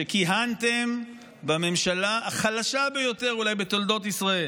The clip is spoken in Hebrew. שכיהנתם בממשלה החלשה ביותר אולי בתולדות ישראל,